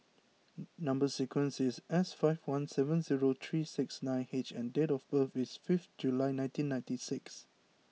number sequence is S five one seven zero three six nine H and date of birth is fifth July nineteen ninety six